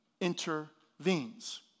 intervenes